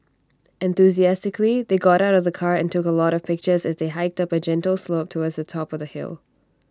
enthusiastically they got out of the car and took A lot of pictures as they hiked up A gentle slope towards the top of the hill